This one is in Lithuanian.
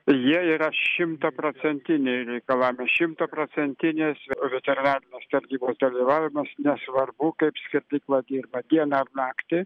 jie yra šimtaprocentiniai reikalavimai šimtaprocentinis veterinarinės tarnybos dalyvavimas nesvarbu kaip skerdykla dirba dieną ar naktį